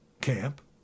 camp